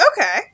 Okay